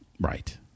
Right